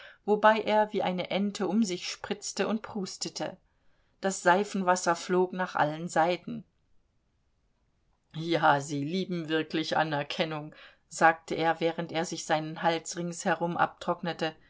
wobei er wie eine ente um sich spritzte und prustete das seifenwasser flog nach allen seiten ja sie lieben wirklich anerkennung sagte er während er sich seinen hals rings herum abtrocknete